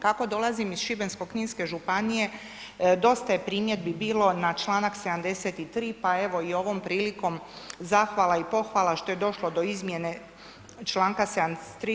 Kako dolazim iz Šibensko-kninske županije dosta je primjedbi bilo na članak 73., pa evo i ovom prilikom zahvala i pohvala što je došlo do izmjene članka 73.